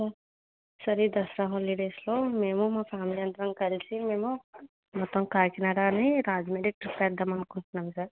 sir ఈ దసరా హాలిడేస్లో మేము మా ఫేమిలీ అందరం కలిసి మేము మొత్తం కాకినాడానీ రాజమండ్రీ ట్రిప్ ఏద్దాం అనుకుంట్నాం సార్